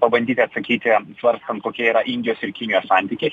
pabandyti atsakyti svarstant kokia yra indijos ir kinijos santykiai